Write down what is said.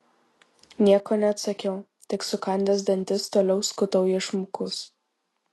nieko neatsakiau tik sukandęs dantis toliau skutau iešmukus